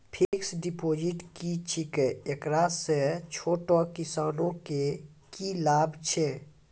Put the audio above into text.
Fixed deposit की छिकै, एकरा से छोटो किसानों के की लाभ छै?